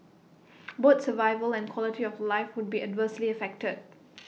both survival and quality of life would be adversely affected